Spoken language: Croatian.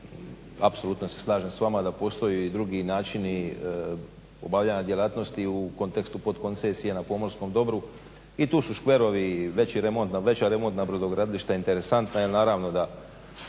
Apsolutno se slažem s vama da postoje drugi načini obavljanja djelatnosti u kontekstu potkoncesije na pomorskom dobru i tu su škverovi, veća remontna brodogradilišta. Interesantno je naravno da